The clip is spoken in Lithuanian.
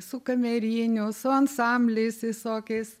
su kameriniu su ansambliais visokiais